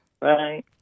Bye